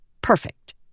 Perfect